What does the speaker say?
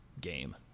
game